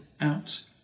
out